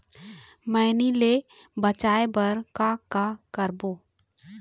मैनी ले बचाए बर का का करबो?